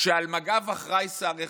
כשעל מג"ב אחראי שר אחד,